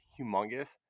humongous